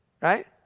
right